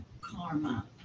karma